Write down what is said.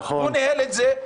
הוא ניהל את זה,